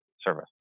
service